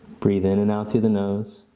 breath in and out through the nose.